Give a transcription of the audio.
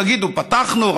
תגידו: פתחנו,